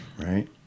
right